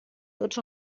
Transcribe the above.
tots